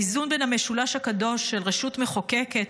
האיזון בין המשולש הקדוש של רשות מחוקקת,